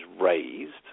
raised